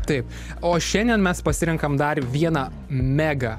taip o šiandien mes pasirenkam dar vieną mega